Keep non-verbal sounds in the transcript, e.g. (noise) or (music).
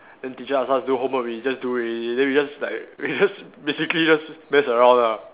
then teacher asks us do homework we just do already then we just like (laughs) we just basically just mess around lah